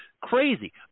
crazy